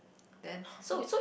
then took